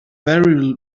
very